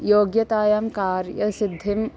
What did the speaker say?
योग्यतायां कार्यसिद्धिम्